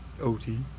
OT